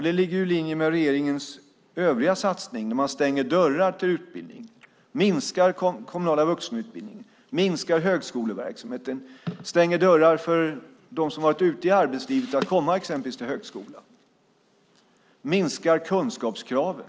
Det ligger i linje med regeringens övriga satsning, nämligen att man stänger dörrar till utbildning, minskar den kommunala vuxenutbildningen, minskar högskoleverksamheten, stänger dörrar för dem som har varit ute i arbetslivet när det gäller att komma exempelvis till högskolan och minskar kunskapskraven.